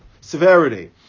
severity